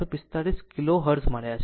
475 kilohertz મળ્યા છે